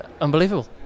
unbelievable